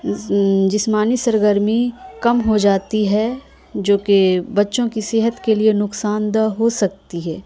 جسمانی سرگرمی کم ہو جاتی ہے جو کہ بچوں کی صحت کے لیے نقصان دہ ہو سکتی ہے